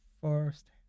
first